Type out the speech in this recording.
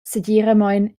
segiramein